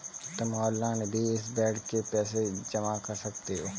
तुम ऑनलाइन भी इस बेड के पैसे जमा कर सकते हो